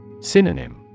Synonym